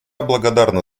благодарна